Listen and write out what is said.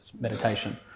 meditation